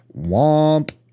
Womp